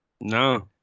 No